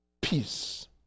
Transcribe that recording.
Peace